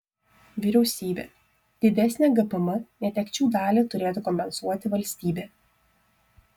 vyriausybė didesnę gpm netekčių dalį turėtų kompensuoti valstybė